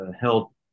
help